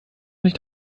nicht